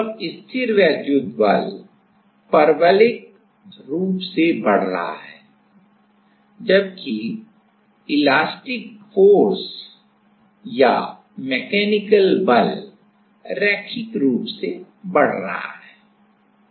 तब स्थिरवैद्युत बल परवलयिक रूप से बढ़ रहा है जबकि प्रत्यास्थ बल या यांत्रिक बल रैखिक रूप से बढ़ रहा है